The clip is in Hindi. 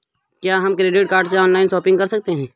क्या हम क्रेडिट कार्ड से ऑनलाइन शॉपिंग कर सकते हैं?